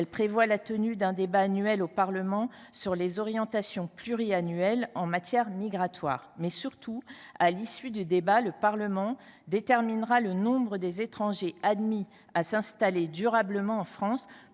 Il prévoit la tenue d’un débat annuel au Parlement sur les orientations pluriannuelles en matière migratoire. Mais, surtout, à l’issue du débat, le Parlement déterminera le nombre des étrangers admis à s’installer durablement en France